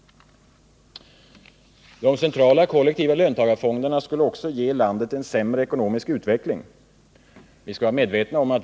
De centrala kollektiva löntagarfonderna skulle också ge landet en sämre ekonomisk utveckling.